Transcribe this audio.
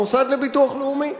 המוסד לביטוח לאומי.